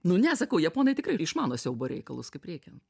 nu ne sakau japonai tikrai išmano siaubo reikalus kaip reikiant